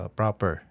proper